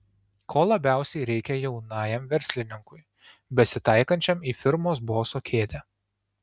ko labiausiai reikia jaunajam verslininkui besitaikančiam į firmos boso kėdę